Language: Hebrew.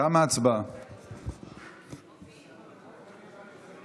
אני קובע שהחלטת הממשלה בעד הקמת משרד ירושלים